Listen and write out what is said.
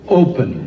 open